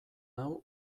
hau